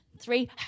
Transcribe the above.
Three